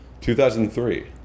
2003